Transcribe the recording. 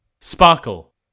sparkle